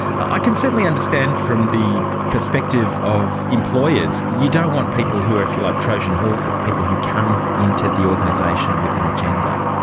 i can certainly understand from the perspective of employers, you don't want people who are, if you like, trojan horses, people who come into the organisation with an agenda.